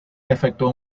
efectuó